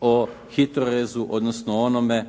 o HITRORez-u odnosno o onome